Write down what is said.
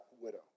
widow